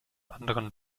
anderen